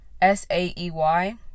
S-A-E-Y